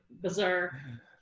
bizarre